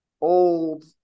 old